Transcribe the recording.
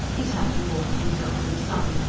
he sat and warmed himself in the sun,